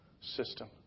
system